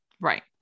Right